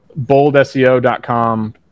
boldseo.com